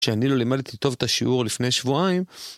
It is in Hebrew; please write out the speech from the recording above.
שאני לא לימדתי טוב את השיעור לפני שבועיים.